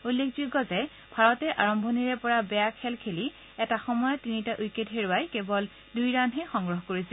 উল্লেখযোগ্য যে ভাৰতে আৰম্ভণিৰে পৰা বেয়া খেল খেলি এটা সময়ত তিনিটা উইকেট হেৰুৱাই কেৱল দুই ৰানহে সংগ্ৰহ কৰিছিল